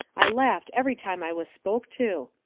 i laughed every time i was spoke to.